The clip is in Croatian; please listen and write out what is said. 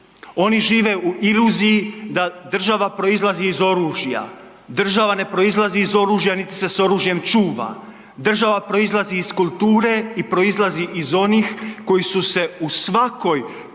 Oni žive u iluziji da država proizlazi iz oružja, država ne proizlazi iz oružja, nit se s oružjem čuva. Država proizlazi iz kulture i proizlazi iz onih koji su se u svakoj